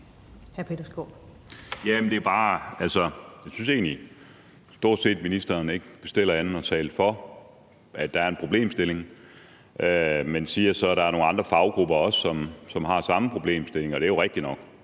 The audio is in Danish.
Jeg synes egentlig, at ministeren stort set ikke bestiller andet end at tale for, at der er en problemstilling, men siger så, at der også er nogle andre faggrupper, som har samme problemstilling. Og det er jo rigtigt nok.